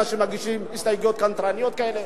אנשים מגישים הסתייגויות קנטרניות כאלה.